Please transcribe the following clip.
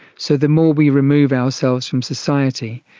so the more we remove ourselves from society,